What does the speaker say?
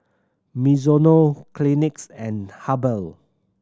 Mizuno Kleenex and Habhal